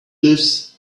lives